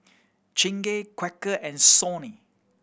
Chingay Quaker and Sony